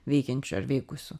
veikiančių ar veikusių